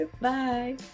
Bye